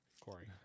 Corey